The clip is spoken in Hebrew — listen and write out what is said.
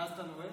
ואז אתה נועל?